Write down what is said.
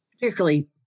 particularly